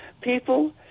people